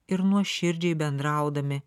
ir nuoširdžiai bendraudami